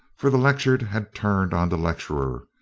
for the lectured had turned on the lecturer,